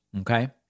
Okay